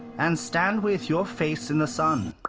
and stand with your face in the sun.